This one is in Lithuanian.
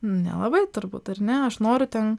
nelabai turbūt ar ne aš noriu ten